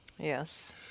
Yes